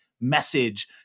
message